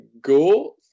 go